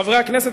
חברי הכנסת,